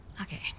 Okay